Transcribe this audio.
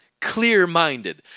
clear-minded